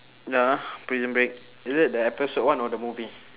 ya prison break is it the episode one or the movie